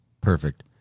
Perfect